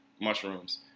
mushrooms